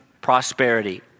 prosperity